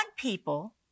people